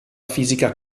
fisica